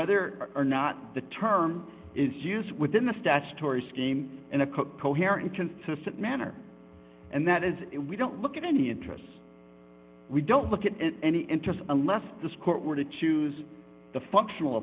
whether or not the term is used within the statutory scheme in a cook coherent consistent manner and that is we don't look at any interests we don't look at any interest unless this court were to choose the functional